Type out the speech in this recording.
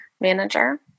manager